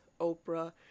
Oprah